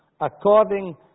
according